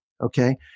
Okay